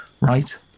right